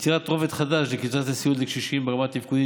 יצירת רובד חדש לקצבת הסיעוד לקשישים ברמה תפקודית